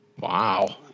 Wow